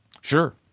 Sure